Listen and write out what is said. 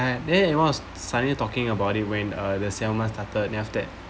I then it was suddenly talking about it when uh the seventh month started then after that